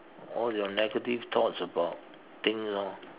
all your negative thoughts about things orh